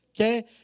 okay